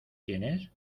tienes